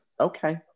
okay